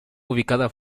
ubicada